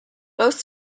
both